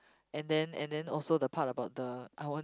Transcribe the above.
and then and then also about the part about the I want